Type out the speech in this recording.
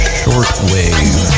shortwave